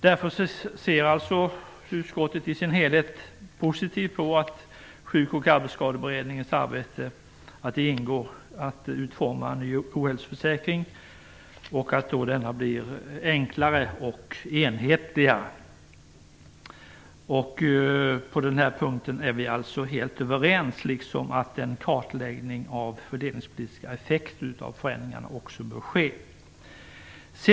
Därför ser utskottet i sin helhet positivt på att det ingår i Sjuk och arbetsskadeberedningens arbete att utforma en ny ohälsoförsäkring och att denna blir enklare och enhetligare. På den punkten är vi helt överens, liksom att en kartläggning av de fördelningspolitiska effekterna av förändringarna också bör ske.